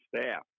staff